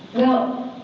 well,